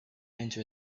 into